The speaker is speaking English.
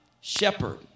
shepherd